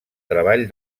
treball